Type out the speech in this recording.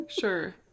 sure